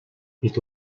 бид